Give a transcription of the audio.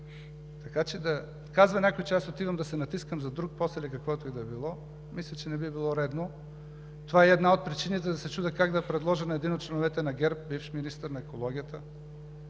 Така че да казва някой, че аз отивам да се натискам за друг пост или каквото и да било, мисля, че не би било редно. Това е и една от причините да се чудя как да предложа на един от членовете на ГЕРБ – бивш министър на екологията,